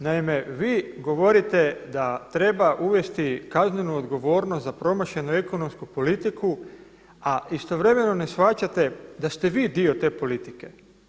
Naime, vi govorite da treba uvesti kaznenu odgovornost za promašenu ekonomsku politiku, a istovremeno ne shvaćate da ste vi dio te politike.